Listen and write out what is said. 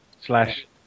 slash